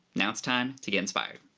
now it's time to get inspired.